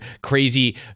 crazy